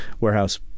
warehouse